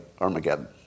Armageddon